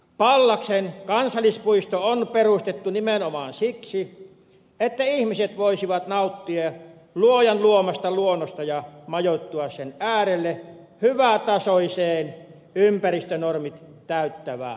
pallaksen kansallispuisto on perustettu nimenomaan siksi että ihmiset voisivat nauttia luojan luomasta luonnosta ja majoittua sen äärelle hyvätasoiseen ympäristönormit täyttävään hotelliin